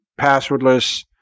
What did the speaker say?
passwordless